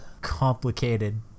complicated